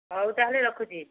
ହଉ ତା'ହେଲେ ରଖୁଛି